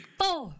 four